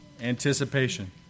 Anticipation